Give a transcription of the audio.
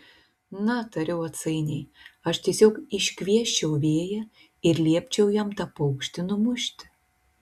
na tariau atsainiai aš tiesiog iškviesčiau vėją ir liepčiau jam tą paukštį numušti